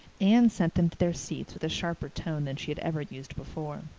anne sent them to their seats with a sharper tone than she had ever used before.